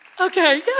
Okay